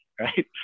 right